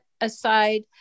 aside